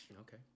Okay